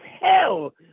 hell